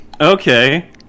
Okay